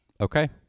Okay